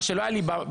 מה שלא היה לי במח"ש